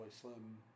Slim